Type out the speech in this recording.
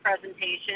presentation